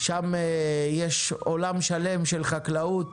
שם יש עולם שלם של חקלאות